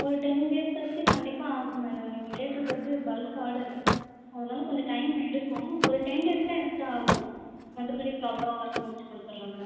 ஒரு ten days ஆச்சும் கண்டிப்பாக ஆகும் மேடம் நீங்கள் கேட்ருக்கறது பல்க் ஆடரு அதனால் கொஞ்சம் டைம் எடுக்கும் ஒரு டென் டேஸ் தான் எக்ஸ்ட்டா ஆகும் மற்றபடி ப்ராப்பராக ஒர்க் முடித்து கொடுத்துர்லாம் மேடம்